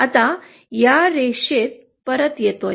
आता या रेषेत परत येतोय